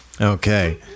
Okay